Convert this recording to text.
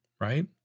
right